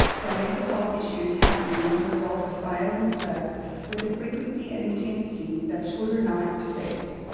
there are mental health issues happening as a result of fires and floods with the frequency and intensity that children now have to face.